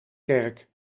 kerk